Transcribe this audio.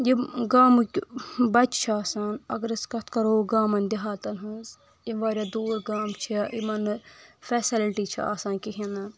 یِم گامٕکۍ بچہِ چھِ آسان اگر أسۍ کتھ کرو گامن دِہاتن ہٕنٛز یِم واریاہ دوٗر گام چھِ یِمن نہٕ فیلسٹی چھِ آسان کہیٖنۍ نہٕ